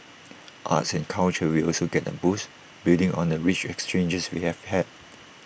arts and culture will also get A boost building on the rich exchanges we have had